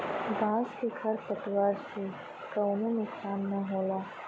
बांस के खर पतवार से कउनो नुकसान ना होला